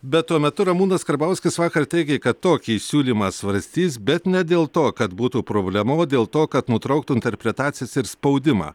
bet tuo metu ramūnas karbauskis vakar teigė kad tokį siūlymą svarstys bet ne dėl to kad būtų problema o dėl to kad nutrauktų interpretacijas ir spaudimą